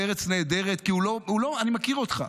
בארץ נהדרת כי אני מכיר אותך.